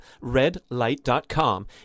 redlight.com